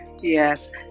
Yes